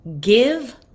give